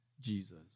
Jesus